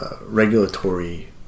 regulatory